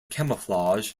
camouflage